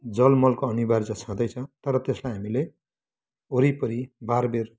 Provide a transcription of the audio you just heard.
जल मलको अनिवार्य छँदैछ त्यसलाई हामीले वरिपरि बारबेर